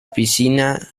piscina